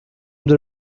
the